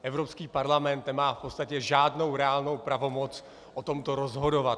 Evropský parlament nemá v podstatě žádnou reálnou pravomoc o tomto rozhodovat.